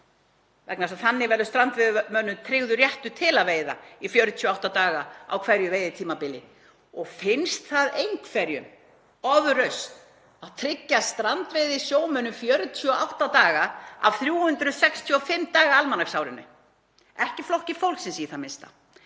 Vegna þess að þannig verður strandveiðimönnum tryggður réttur til að veiða í 48 daga á hverju veiðitímabili. Og finnst það einhverjum ofrausn að tryggja strandveiðisjómönnum 48 daga af 365 daga almanaksárinu? Ekki Flokki fólksins í það minnsta.